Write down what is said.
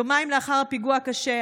יומיים לאחר הפיגוע הקשה,